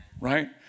right